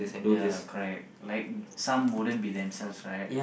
ya correct like some wouldn't be themselves right